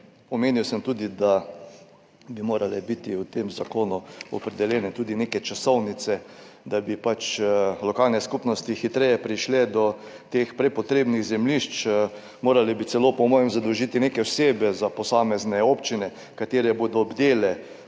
Omenil sem tudi, da bi morale biti v tem zakonu opredeljene tudi neke časovnice, da bi pač lokalne skupnosti hitreje prišle do tehprepotrebnih zemljišč. Morali bi celo, po mojem, zadolžiti neke osebe za posamezne občine, ki bodo bdele